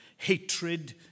Hatred